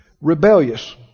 rebellious